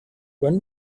when